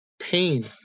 pain